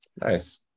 Nice